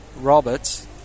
Roberts